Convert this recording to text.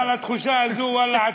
אבל התחושה הזאת שואללה,